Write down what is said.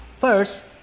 First